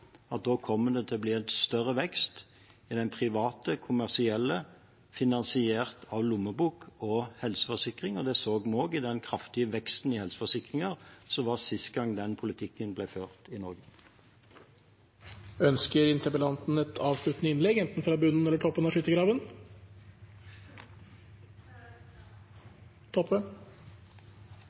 valgfrihet. Da er jeg helt sikker på at det kommer til å bli en større vekst i de private, kommersielle, finansiert av lommebok og helseforsikring. Det så vi også i den kraftige veksten i helseforsikringer som var sist gang den politikken ble ført i Norge. Ønsker interpellanten et avsluttende innlegg, enten fra bunnen eller toppen av